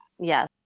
Yes